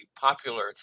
popular